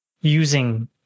using